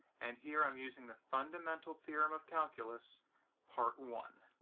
and here, i'm using the fundamental theorem of calculus part one,